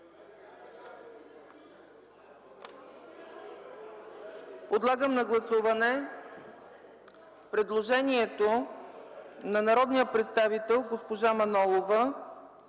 Подлагам на гласуване предложението на народния представител госпожа Манолова,